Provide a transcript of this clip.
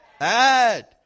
Add